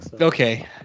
Okay